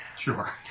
Sure